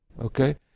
okay